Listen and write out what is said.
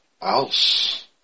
else